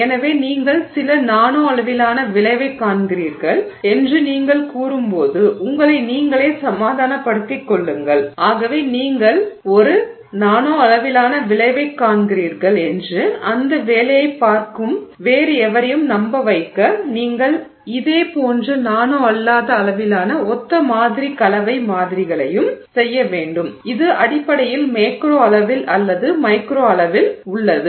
எனவே நீங்கள் சில நானோ அளவிலான விளைவைக் காண்கிறீர்கள் என்று நீங்கள் கூறும்போது உங்களை நீங்களே சமாதானப்படுத்திக் கொள்ளுங்கள் ஆகவே நீங்கள் ஒரு நானோ அளவிலான விளைவைக் காண்கிறீர்கள் என்று அந்த வேலையைப் பார்க்கும் வேறு எவரையும் நம்ப வைக்க நீங்கள் இதே போன்ற நானோ அல்லாத அளவிலான ஒத்த மாதிரி கலவை மாதிரிகளையும் செய்ய வேண்டும் இது அடிப்படையில் மேக்ரோ அளவில் அல்லது மைக்ரோ அளவில் உள்ளது